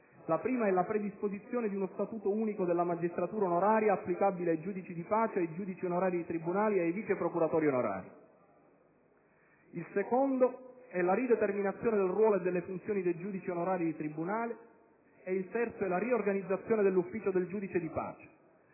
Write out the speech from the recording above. la predisposizione di uno statuto unico della magistratura onoraria, applicabile ai giudici di pace, ai giudici onorari di tribunale e ai vice procuratori onorari; la rideterminazione del ruolo e delle funzioni dei giudici onorari di tribunale; la riorganizzazione dell'ufficio del giudice di pace.